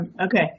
okay